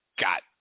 got